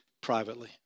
privately